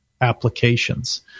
applications